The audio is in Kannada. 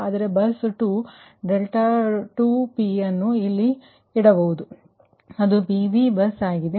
ಆದರೆ ಬಸ್ 2 𝛿2p ನೀವು ಅದನ್ನು ಇಲ್ಲಿ ಮತ್ತು ಇಲ್ಲಿ ಇಡಬೇಕು ಏಕೆಂದರೆ ಅದು PV ಬಸ್ ಆಗಿದೆ